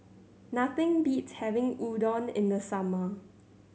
nothing beats having Udon in the summer